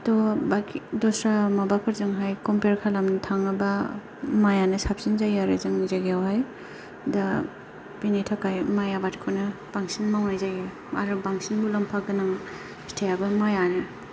थ' बाखि दस्रा माबाफोरजोंहाय कमपेर खालामनो थाङोबा माइयानो साबसिन जायो आरो जोंनि जायगायाव हाय दा बिनि थाखाय माइ आबादखौनो बांसिन मावनाय जायो आरो बांसिन मुलाम्फा गोनां फिथाइयाबो माइ आनो